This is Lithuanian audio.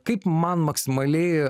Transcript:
kaip man maksimaliai